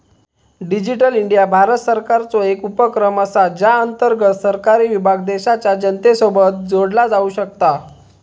digital India Bharat सरकारचो एक उपक्रम असा ज्या अंतर्गत सरकारी विभाग देशाच्या जनतेसोबत जोडला जाऊ शकता